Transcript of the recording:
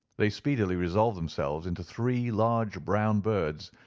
they speedily resolved themselves into three large brown birds,